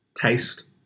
taste